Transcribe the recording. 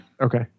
Okay